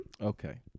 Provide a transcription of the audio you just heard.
Okay